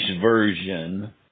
version